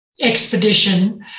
expedition